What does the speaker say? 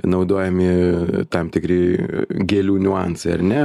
naudojami tam tikri gėlių niuansai ar ne